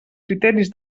criteris